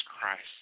Christ